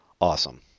awesome